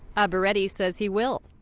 ah abbareddy says he will.